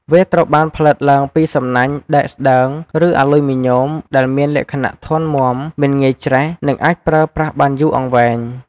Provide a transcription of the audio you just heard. វាត្រូវបានផលិតឡើងពីសំណាញ់ដែកស្ដើង ឬអាលុយមីញ៉ូមដែលមានលក្ខណៈធន់មាំ មិនងាយច្រេះ និងអាចប្រើប្រាស់បានយូរអង្វែង។